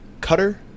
Cutter